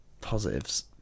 positives